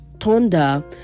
thunder